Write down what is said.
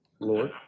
Lord